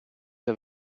der